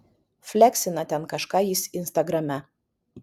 fleksina ten kažką jis instagrame